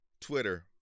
Twitter